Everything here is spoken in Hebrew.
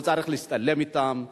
לא צריך להצטלם אתם,